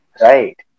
right